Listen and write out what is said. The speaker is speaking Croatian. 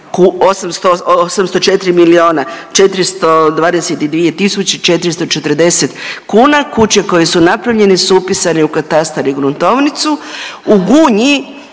tisuće 440 kuna. Kuće koje su napravljene su upisane u katastar i gruntovnicu. U Gunji